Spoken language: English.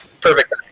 Perfect